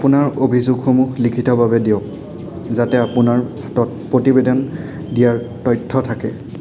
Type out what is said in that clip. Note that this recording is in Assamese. আপোনাৰ অভিযোগসমূহ লিখিতভাৱে দিয়ক যাতে আপোনাৰ হাতত প্ৰতিবেদন দিয়াৰ তথ্য থাকে